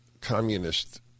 communist